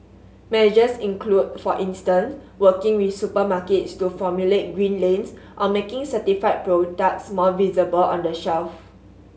measures include for instance working with supermarkets to formulate green lanes or making certified products more visible on the shelf